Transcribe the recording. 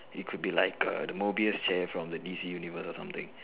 it could be like the mobius chair from the miss universe or something